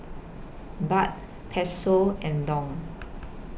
Baht Peso and Dong